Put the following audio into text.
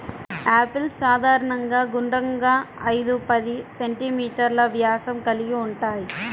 apples సాధారణంగా గుండ్రంగా, ఐదు పది సెం.మీ వ్యాసం కలిగి ఉంటాయి